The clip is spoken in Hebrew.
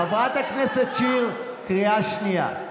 חברת הכנסת שיר, קריאה שנייה.